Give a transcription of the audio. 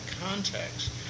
context